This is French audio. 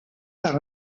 par